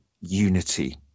unity